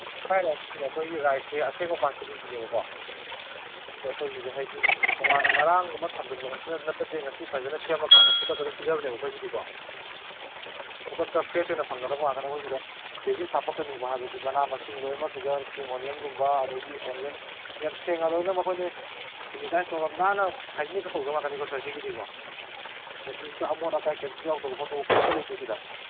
fried ꯔꯥꯏꯁꯁꯦ ꯑꯩꯈꯣꯏꯒꯤ ꯔꯥꯏꯁꯁꯦ ꯑꯁꯦꯡꯕ ꯕꯥꯁꯄꯇꯤꯒꯤꯅꯦꯕꯀꯣ ꯑꯩꯈꯣꯏꯒꯤ ꯍꯥꯏꯗꯤ ꯇꯣꯉꯥꯟꯅ ꯉꯔꯥꯡꯒꯨꯝꯕ ꯊꯝꯖꯤꯟꯕ ꯅꯠꯆꯗꯦ ꯉꯁꯤ ꯐꯖꯅ ꯁꯦꯝꯃꯀꯥꯟꯗ ꯈꯨꯗꯛꯇ ꯑꯗꯨꯝ ꯄꯤꯖꯕꯅꯦꯕ ꯑꯩꯈꯣꯏꯒꯤꯗꯤꯀꯣ ꯈꯨꯗꯛꯇ ꯐ꯭ꯔꯦꯁ ꯑꯣꯏꯅ ꯐꯪꯒꯗꯕ ꯉꯥꯛꯇꯅꯦ ꯑꯩꯈꯣꯏ ꯁꯤꯗ ꯚꯦꯖꯤꯁ ꯍꯥꯞꯄꯛꯀꯅꯤꯀꯣ ꯍꯥꯏꯕꯗꯤ ꯃꯅꯥ ꯃꯁꯤꯡ ꯂꯣꯏꯃꯛ ꯁꯤꯗ ꯏꯁꯄ꯭ꯔꯤꯡ ꯑꯣꯅꯤꯌꯟꯒꯨꯝꯕ ꯑꯗꯩꯗꯤ ꯑꯣꯅꯤꯌꯟ ꯌꯥꯝ ꯁꯦꯡꯅ ꯂꯣꯏꯅꯃꯛ ꯑꯩꯈꯣꯏꯅ ꯁꯦꯅꯤꯇꯥꯏꯁ ꯇꯧꯔ ꯅꯥꯟꯅ ꯍꯥꯏꯖꯅꯤꯛꯀ ꯇꯧꯖꯕ ꯉꯥꯛꯇꯅꯤꯀꯣ ꯁꯥꯔ ꯁꯤꯒꯤꯗꯤꯀꯣ ꯀꯩꯝꯇ ꯑꯃꯣꯠ ꯑꯀꯥꯏ ꯀꯩꯝꯇ ꯌꯥꯎꯗꯧꯕ ꯈꯣꯠꯇꯧꯕ ꯀꯩꯝꯇ ꯂꯩꯇꯦ ꯁꯤꯗ